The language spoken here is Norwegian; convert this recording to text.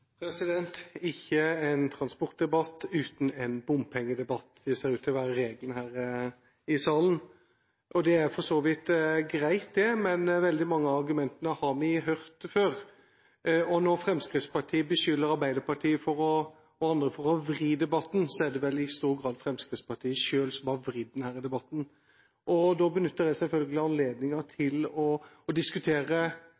Ikke en transportdebatt uten en bompengedebatt, det ser ut til å være regelen her i salen. Det er for så vidt greit. Men veldig mange av argumentene har vi hørt før, og når Fremskrittspartiet beskylder Arbeiderpartiet og andre for å vri debatten, er det vel i stor grad Fremskrittspartiet selv som har vridd denne debatten. Da benytter jeg selvfølgelig